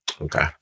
Okay